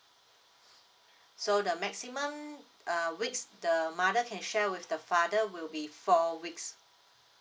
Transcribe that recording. so the maximum uh weeks the mother can share with the father will be four weeks